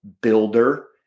builder